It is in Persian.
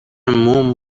موم